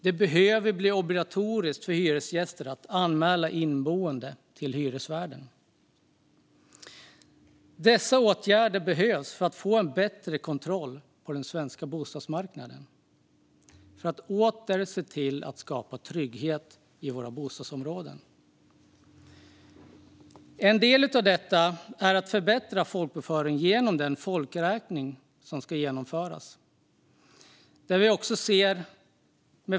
Det behöver bli obligatoriskt för hyresgäster att anmäla inneboende till hyresvärden. Dessa åtgärder behövs för att få en bättre kontroll på den svenska bostadsmarknaden, för att åter se till att skapa trygghet i våra bostadsområden. En del av detta är att förbättra folkbokföringen genom den folkräkning som ska genomföras.